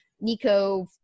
Nico